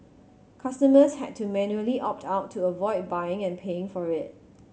customers had to manually opt out to avoid buying and paying for it